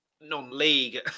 non-league